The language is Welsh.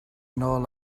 nôl